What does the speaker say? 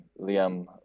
Liam